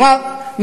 כלומר,